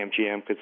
MGM